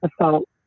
assault